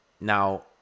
now